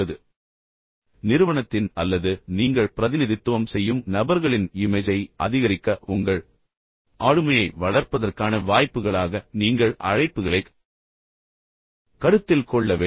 ஒட்டுமொத்தமாக நிறுவனத்தின் அல்லது நீங்கள் பிரதிநிதித்துவம் செய்யும் நபர்களின் இமேஜை அதிகரிக்க உங்கள் ஆளுமையை வளர்ப்பதற்கான வாய்ப்புகளாக நீங்கள் அழைப்புகளைக் கருத்தில் கொள்ள வேண்டும்